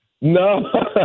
No